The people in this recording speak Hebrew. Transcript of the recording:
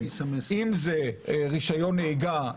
אם זה רישיון נהיגה,